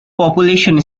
population